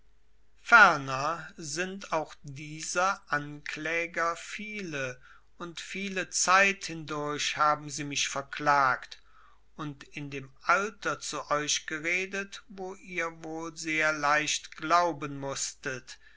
ferner sind auch dieser ankläger viele und viele zeit hindurch haben sie mich verklagt und in dem alter zu euch geredet wo ihr wohl sehr leicht glauben mußtet